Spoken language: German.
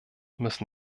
müssen